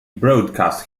broadcast